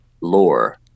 lore